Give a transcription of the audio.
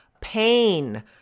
pain